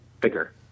bigger